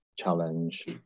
challenge